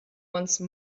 once